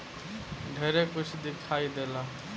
ढेरे कुछ दिखाई देला